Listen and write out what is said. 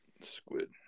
Squid